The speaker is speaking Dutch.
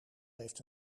heeft